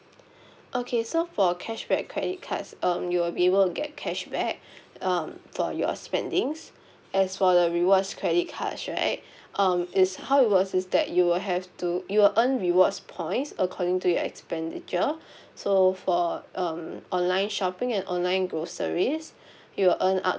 okay so for cashback credit cards um you will be able get cashback um for your spendings as for the rewards credit cards right um it's how it works is that you will have to you will earn rewards points according to your expenditure so for um online shopping and online groceries you'll earn up